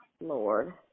Lord